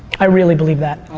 i really believe that.